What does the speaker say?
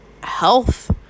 health